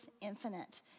infinite